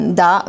da